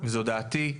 זו דעתי,